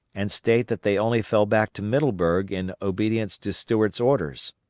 and state that they only fell back to middleburg in obedience to stuart's orders.